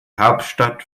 hauptstadt